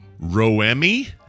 Roemi